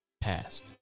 past